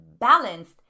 balanced